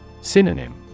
Synonym